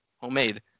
Homemade